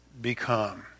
become